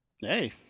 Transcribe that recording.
Hey